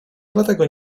dlatego